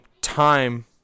time